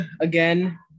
again